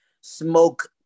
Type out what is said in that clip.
smoke